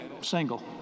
single